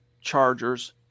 Chargers